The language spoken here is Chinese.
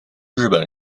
日本